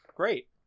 Great